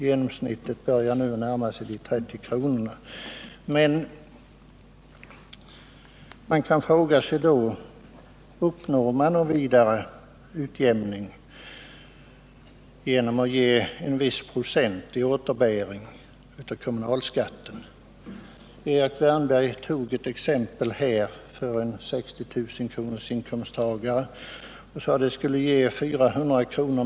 Genomsnittligt börjar vi närma oss de 30 kronorna. Man frågar sig om man uppnår någon vidare utjämning genom att ge en viss procent i återbäring av kommunalskatten. Erik Wärnberg tog ett exempel. En 60 000-kronors inkomsttagare skulle få 400 kr.